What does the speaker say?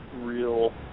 real